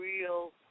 real